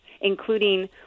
including